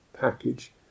package